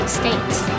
states